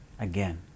again